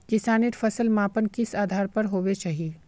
किसानेर फसल मापन किस आधार पर होबे चही?